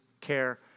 care